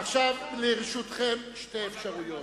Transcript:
עכשיו, לרשותכם שתי אפשרויות: